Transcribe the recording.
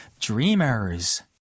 Dreamers